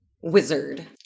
wizard